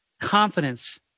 confidence